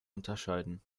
unterscheiden